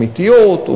אמיתיות,